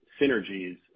synergies